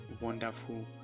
wonderful